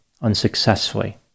unsuccessfully